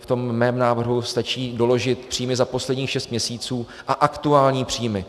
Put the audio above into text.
V tom mém návrhu stačí doložit příjmy za posledních šest měsíců a aktuální příjmy.